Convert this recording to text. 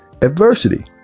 adversity